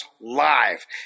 live